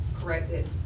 corrected